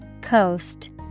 Coast